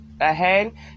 ahead